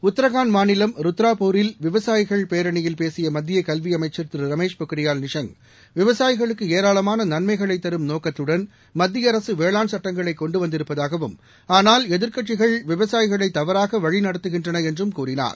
உத்ரகாண்ட் மாநிலம் ருத்ராபூரில் விவசாயிகள் பேரணியில் பேசிய மத்திய கல்வி அமைச்சா் திரு ரமேஷ் பொக்ரியால் நிஷாங் விவசாயிகளுக்கு ஏராளமாள நன்மைகளை தரும் நோக்கத்துடன் மத்திய அரசு வேளாண் சட்டங்களை கொண்டு வந்திருப்பதாகவும் ஆனால் எதிர்க்கட்சிகள் விவசாயிகளை தவறாக வழி நடத்துகின்றன என்றும் கூறினார்